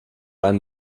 einen